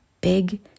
big